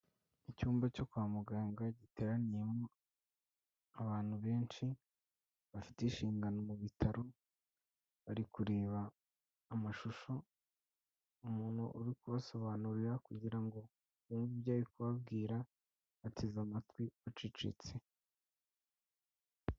Icyumba cyo kwa muganga giteraniyemo abantu benshi bafite inshingano mu bitaro bari kureba amashusho umuntu uri kubasobanurira kugira ngonge kubabwira ateze amatwi acecetse.